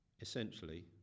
essentially